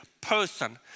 person